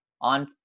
on